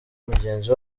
mugenzi